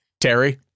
Terry